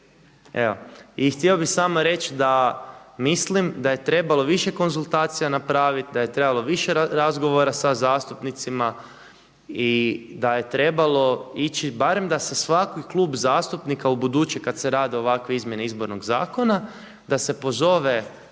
I htio bih samo reći da mislim da je trebalo više konzultacija napraviti, da je trebalo više razgovora sa zastupnicima i da je trebalo ići barem da se svaki klub zastupnika ubuduće kada se rade ovakve izmjene izbornog zakona, da se pozove